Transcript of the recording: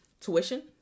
tuition